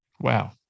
Wow